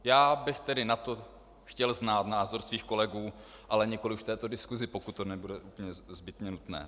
Já bych na to chtěl znát názor svých kolegů, ale nikoliv v této diskusi, pokud to nebude nezbytně nutné.